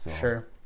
Sure